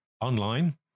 online